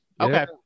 Okay